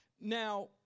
Now